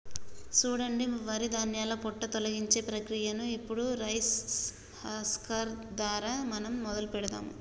సూడండి వరి ధాన్యాల పొట్టు తొలగించే ప్రక్రియను ఇప్పుడు రైస్ హస్కర్ దారా మనం మొదలు పెడదాము